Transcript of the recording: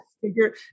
figure